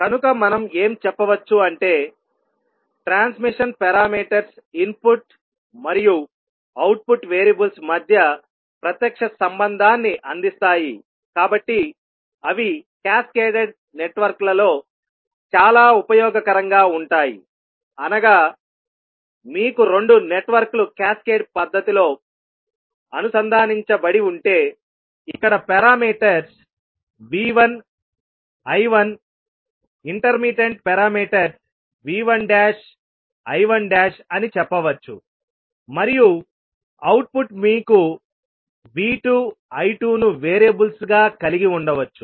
కనుక మనం ఏం చెప్ప వచ్చు అంటే ట్రాన్స్మిషన్ పారామీటర్స్ ఇన్పుట్ మరియు అవుట్పుట్ వేరియబుల్స్ మధ్య ప్రత్యక్ష సంబంధాన్ని అందిస్తాయి కాబట్టి అవి క్యాస్కేడెడ్ నెట్వర్క్లలో చాలా ఉపయోగకరంగా ఉంటాయి అనగా మీకు రెండు నెట్వర్క్లు క్యాస్కేడ్ పద్ధతిలో అనుసంధానించబడి ఉంటే ఇక్కడ పారామీటర్స్ V1 I1ఇంటర్మిటెంట్ పారామీటర్స్ V1 I1అని చెప్పవచ్చు మరియు అవుట్పుట్ మీకు V2 I2 ను వేరియబుల్స్గా కలిగి ఉండవచ్చు